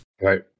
Right